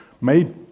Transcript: made